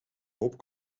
hoop